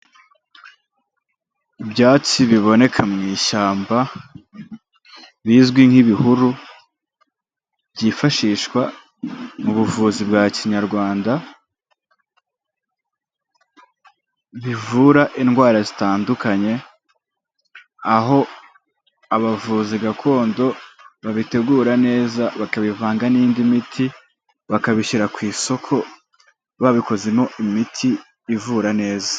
Ibyatsi biboneka mu ishyamba bizwi nk'ibihuru, byifashishwa mu buvuzi bwa Kinyarwanda, bivura indwara zitandukanye, aho abavuzi gakondo babitegura neza, bakabivanga n'indi miti, bakabishyira ku isoko babikozemo imiti ivura neza.